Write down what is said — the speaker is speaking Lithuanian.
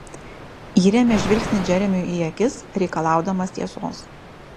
įrėmė žvilgsnį džeremiui į akis reikalaudamas tiesos